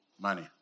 money